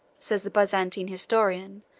says the byzantine historian,